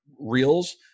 reels